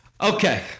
Okay